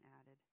added